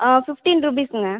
fifteen ருப்பீஸ்ங்க